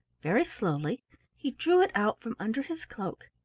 very slowly he drew it out from under his cloak,